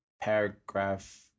paragraph